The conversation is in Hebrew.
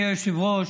אדוני היושב-ראש,